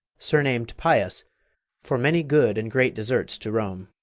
surnamed pius for many good and great deserts to rome.